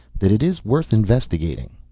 that it is worth investigating.